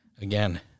again